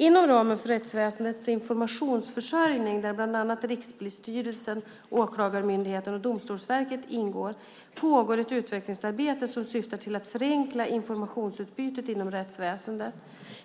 Inom ramen för Rådet för rättsväsendets informationsförsörjning, där bland annat Rikspolisstyrelsen, Åklagarmyndigheten och Domstolsverket ingår, pågår ett utvecklingsarbete som syftar till att förenkla informationsutbytet inom rättsväsendet.